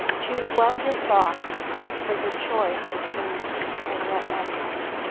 choose well your thoughts for your choice is brief and yet endless.